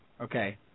Okay